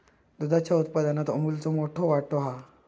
दुधाच्या उत्पादनात अमूलचो मोठो वाटो हा